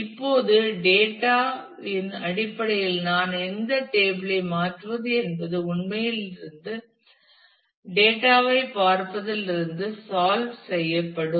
இப்போது டேட்டா இன் அடிப்படையில் நான் எந்த டேபிள் ஐ மாற்றுவது என்பது உண்மையில் இருந்து டேட்டா ஐ பார்ப்பதிலிருந்து சால்வ் செய்யப்படும்